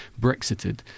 brexited